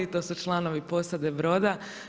To su članovi posade broda.